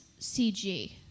CG